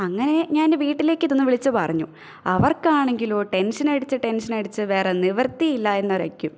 അങ്ങനെ ഞാനെ വീട്ടിലെക്കിതൊന്ന് വിളിച്ച് പറഞ്ഞു അവര്ക്കാണെങ്കിലോ ടെന്ഷനടിച്ച് ടെന്ഷനടിച്ച് വേറെ നിവര്ത്തിയില്ലായെന്ന് അറെക്കും